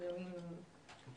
אני רוצה